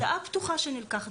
זאת הודעה פתוחה שנלקחת.